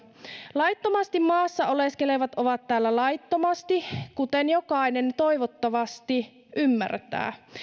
laittomasti maassa oleskelevat ovat täällä laittomasti kuten jokainen toivottavasti ymmärtää